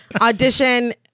audition